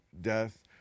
death